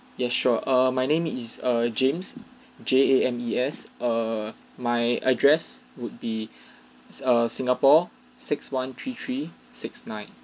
ya sure err my name is err james J A M E S err my address would be err singapore six one three three six nine